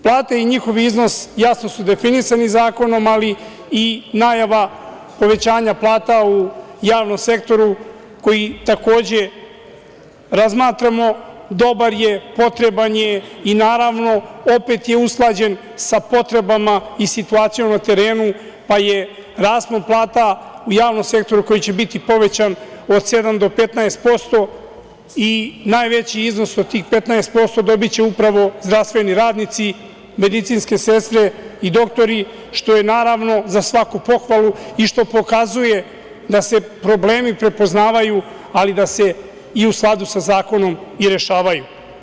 Plate i njihov iznos jasno su definisani zakonom, ali i najava povećanja plata u javnom sektoru koji, takođe, razmatramo dobar je, potreban je i, naravno, opet je usklađen sa potrebama i situacijom na terenu, pa je raspon plata u javnom sektoru, koji će biti povećan, od 7% do 15% i najveći iznos od tih 15% dobiće upravo zdravstveni radnici, medicinske sestre i doktori, što je, naravno, za svaku pohvalu i što pokazuje da se problemi prepoznaju, ali da se i u skladu sa zakonom rešavaju.